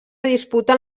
disputen